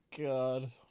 god